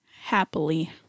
Happily